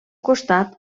costat